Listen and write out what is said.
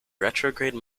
retrograde